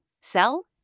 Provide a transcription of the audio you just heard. sell